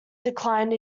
declined